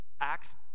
acts